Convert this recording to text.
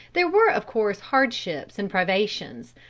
there were of course hardships and privations,